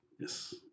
Yes